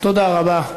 תודה רבה.